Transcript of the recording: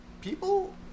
people